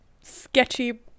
sketchy